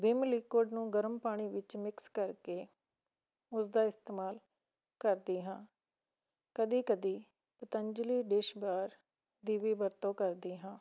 Vim liquid ਨੂੰ ਗਰਮ ਪਾਣੀ ਵਿੱਚ ਮਿਕਸ ਕਰਕੇ ਉਸਦਾ ਇਸਤੇਮਾਲ ਕਰਦੀ ਹਾਂ ਕਦੀ ਕਦੀ ਪਤੰਜਲੀ ਡਿਸ਼ ਬਾਰ ਦੀ ਵੀ ਵਰਤੋਂ ਕਰਦੀ ਹਾਂ